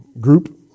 group